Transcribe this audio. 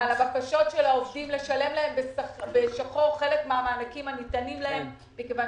על הבקשות של העובדים לשלם להם בשחור חלק מהמענקים הניתנים להם מכיוון